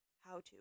How-To